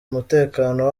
mutekano